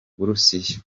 burusiya